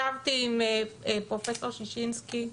ישבתי עם פרופ' שישינסקי,